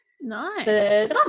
nice